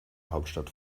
hauptstadt